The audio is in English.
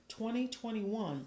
2021